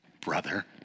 Brother